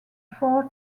four